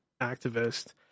activist